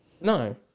No